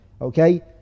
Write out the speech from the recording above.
Okay